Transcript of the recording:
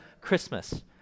Christmas